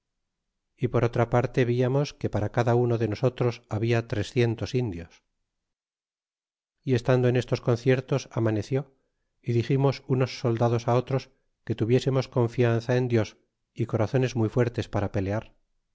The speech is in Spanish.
y por otra parte viamos que para cada uno de nosotros habla trecientos indios y estando en estos conciertos amaneció y diximos unos soldados otros que tuviesemos confianza en dios y corazones muy fuertes para pelear